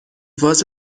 was